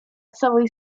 całej